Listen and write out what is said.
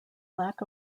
lack